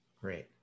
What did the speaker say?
Great